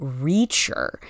Reacher